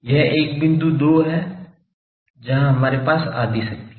यह एक बिंदु दो है जहां हमारे पास आधी शक्ति है